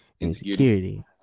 insecurity